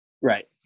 Right